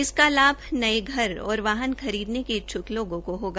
इसका लाभ नये घर और वाहन खरीदने के इच्छ्क लोगों को होगा